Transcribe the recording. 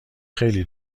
خیلی